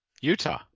Utah